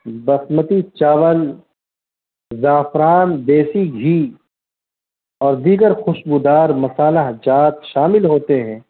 بسمتی چاول زعفران دیسی گھی اور دیگر خوشبودار مصالحہ جات شامل ہوتے ہیں